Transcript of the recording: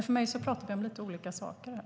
För mig talar vi om lite olika saker här.